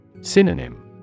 Synonym